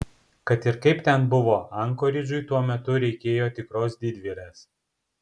kad ir kaip ten buvo ankoridžui tuo metu reikėjo tikros didvyrės